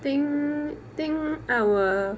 I think think I will